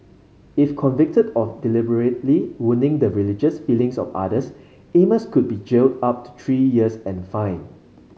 if convicted of deliberately wounding the religious feelings of others Amos could be jailed up to three years and fined